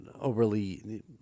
overly